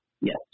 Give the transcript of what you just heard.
yes